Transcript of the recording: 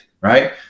right